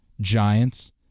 Giants